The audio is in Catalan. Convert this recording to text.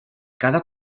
cada